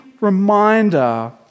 reminder